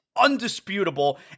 undisputable